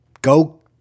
Go